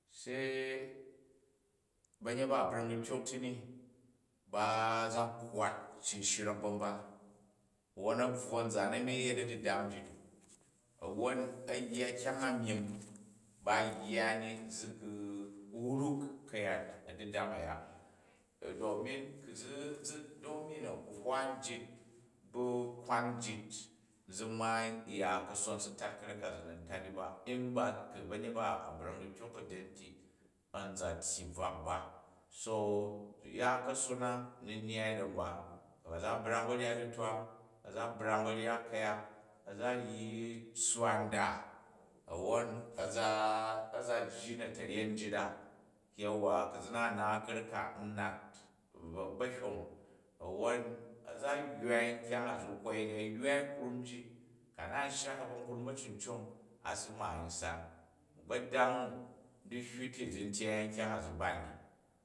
Se banyet ba a bring dityok ti ni baa za kvvat shishrek ba mba wnon a̱ bvwo a̱nzan anri a̱ yet a̱didam njit u. a̱wwon yya kyang a myim ba yya ni zi gu wruk, ka̱yat a̱didam aya. Domin ku zi domin a̱huhwo njit bn kwan njit zi n maai uya kasor, si tat ka̱rek ka zi ni n tat ni ba, nba ku̱ ba̱nyet ba a̱ brang dityok ka̱byen ti a̱n za zyyi bvak ba. So ya kason na, ni nyyai da mbu ku̱ ba zu brang u ba̱ryat ditway a̱ za brang u ba̱ryat ku̱yak, a̱ za ryi tsswa nda, a̱wwon a̱ za, a̱ za jyi na̱taryen njit a, yauwa ku zi na n naat ka̱rek ka n nat ba̱hyom, a̱ nwong a̱ za gwai nkyang a zi kwai ni, a ywai krum ji, ku̱ a na shya kaba̱krum ba̱cin cong a̱ si mani u san. Agbodang u̱ dihyu ti zi n tyei a nkyang a zi ban ni.